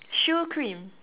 choux cream